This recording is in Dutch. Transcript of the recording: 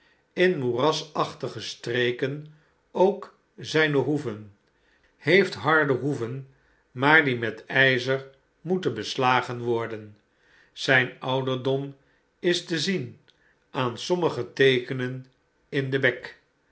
in moerasachtige streken ook zijne hoeven heeft harde hoeven maar die met ijzer moeten beslagen worden zijn ouderdom is te zien aan sommige teekenen in den bek